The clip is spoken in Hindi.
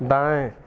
दाएँ